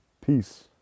peace